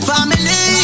Family